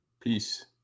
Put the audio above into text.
Peace